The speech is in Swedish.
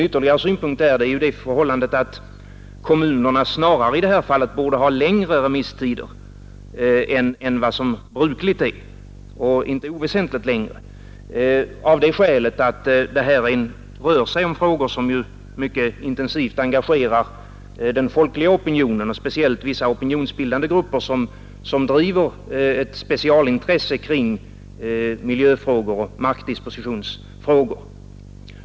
Ytterligare en synpunkt är att kommunerna i detta fall snarare borde ha längre — och inte oväsentligt längre — remisstider än vad som är brukligt. Här rör det sig nämligen om frågor som mycket intensivt engagerar den folkliga opinionen och särskilt vissa opinionsbildande grupper som speciellt intresserar sig för miljöfrågor och markdispositionsfrågor.